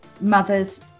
mothers